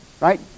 Right